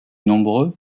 nombreux